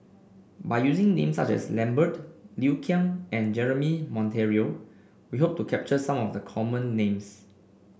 by using names such as Lambert Liu Kang and Jeremy Monteiro we hope to capture some of the common names